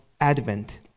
Advent